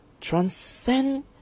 Transcend